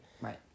Right